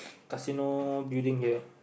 casino building here